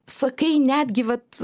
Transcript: sakai netgi vat